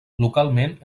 localment